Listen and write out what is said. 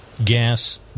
Gas